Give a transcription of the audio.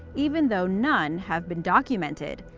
even though none have been documented!